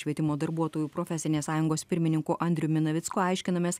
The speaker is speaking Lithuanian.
švietimo darbuotojų profesinės sąjungos pirmininku andriumi navicku aiškinamės